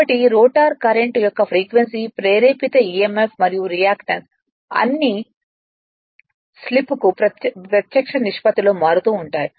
కాబట్టి rotor current యొక్క frequency ప్రేరేపిత emf మరియు రియాక్టన్స్ అన్నీ స్లిప్కు ప్రత్యక్ష నిష్పత్తిలో మారుతూ ఉంటాయి